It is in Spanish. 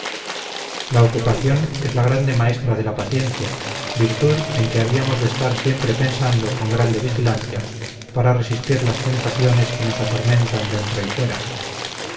la ocupación es la grande maestra de la paciencia virtud en que habíamos de estar siempre pensando con grande vigilancia para resistir las tentaciones que nos atormentan dentro y fuera